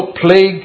plague